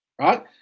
right